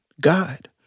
God